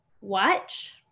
watch